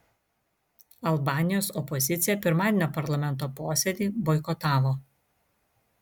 albanijos opozicija pirmadienio parlamento posėdį boikotavo